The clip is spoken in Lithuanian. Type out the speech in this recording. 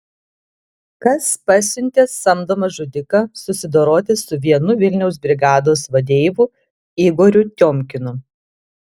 kas pasiuntė samdomą žudiką susidoroti su vienu vilniaus brigados vadeivų igoriu tiomkinu